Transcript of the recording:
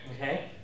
Okay